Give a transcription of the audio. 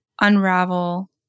unravel